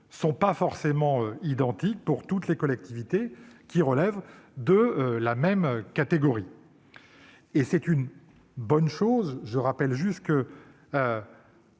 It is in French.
ne sont pas forcément identiques pour toutes les collectivités qui relèvent de la même catégorie. Je rappelle juste que